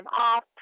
off